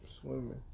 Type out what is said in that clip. Swimming